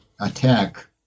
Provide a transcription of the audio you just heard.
attack